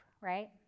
right